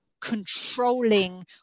controlling